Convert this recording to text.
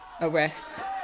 arrest